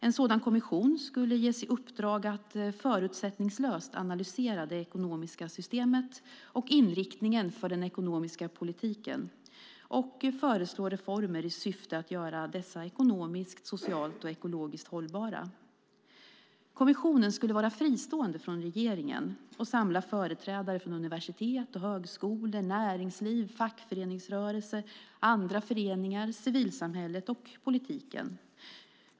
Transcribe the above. En sådan kommission skulle ges i uppdrag att förutsättningslöst analysera det ekonomiska systemet och inriktningen för den ekonomiska politiken. Den skulle också föreslå reformer i syfte att göra dessa ekonomiskt, socialt och ekologiskt hållbara. Kommissionen skulle vara fristående från regeringen och samla företrädare från universitet och högskolor, näringsliv, fackföreningsrörelse, andra föreningar, civilsamhället och politiken.